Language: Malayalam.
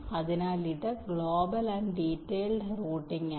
അതിനാൽ ഇത് ഗ്ലോബൽ ആൻഡ് ഡീറ്റെയ്ൽഡ് റൂട്ടിംഗ് ആണ്